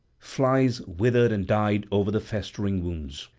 flies withered and died over the festering wounds.